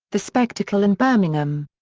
the spectacle in birmingham.